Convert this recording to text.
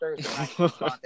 Thursday